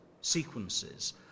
sequences